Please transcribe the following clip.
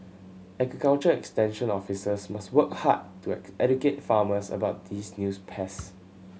agriculture extension officers must work hard to educate farmers about these news pests